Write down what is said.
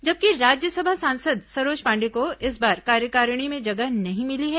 जबकि राज्यसभा सांसद सरोज पांडेय को इस बार कार्यकारिणी में जगह नहीं मिली है